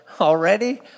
already